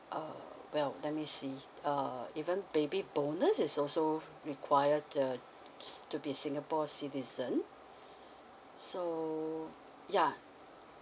uh well let me see uh even baby bonus is also required the s~ to be singapore citizen so yeah